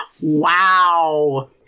wow